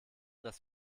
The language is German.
dass